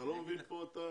אתה לא מבין מה הולך פה?